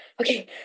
okay